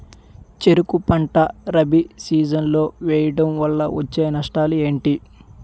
చెరుకు పంట రబీ సీజన్ లో వేయటం వల్ల వచ్చే నష్టాలు ఏంటి?